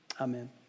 Amen